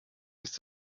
ist